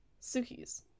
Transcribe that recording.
Suki's